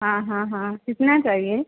हाँ हाँ हाँ कितना चाहिए